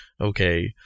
okay